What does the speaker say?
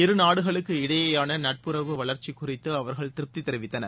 இரு நாடுகளுக்கு இடையேயான நட்புறவு வளர்ச்சி குறித்து அவர்கள் திருப்தி தெரிவித்தனர்